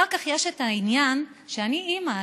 אחר כך יש את העניין שאני אימא.